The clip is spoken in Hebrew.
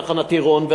תחנת עירון,